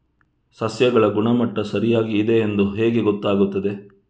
ಸಸ್ಯಗಳ ಗುಣಮಟ್ಟ ಸರಿಯಾಗಿ ಇದೆ ಎಂದು ಹೇಗೆ ಗೊತ್ತು ಆಗುತ್ತದೆ?